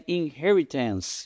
inheritance